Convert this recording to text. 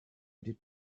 did